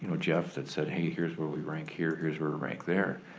and jeff that said, hey, here's where we rank here, here's where we rank there.